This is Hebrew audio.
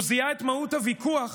הוא זיהה את מהות הוויכוח,